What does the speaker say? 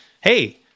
hey